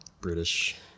British